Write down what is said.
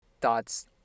thoughts